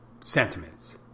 sentiments